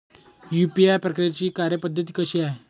UPI प्रक्रियेची कार्यपद्धती कशी आहे?